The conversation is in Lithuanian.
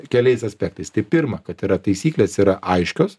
keliais aspektais tai pirma kad yra taisyklės yra aiškios